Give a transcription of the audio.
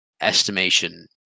estimation